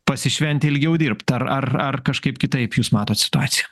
pasišventę ilgiau dirbt ar ar ar kažkaip kitaip jūs matot situaciją